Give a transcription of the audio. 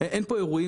ואין פה אירועים,